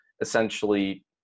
essentially